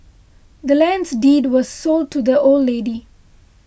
the land's deed was sold to the old lady